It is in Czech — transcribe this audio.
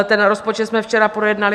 Ten rozpočet jsme včera projednali.